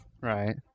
Right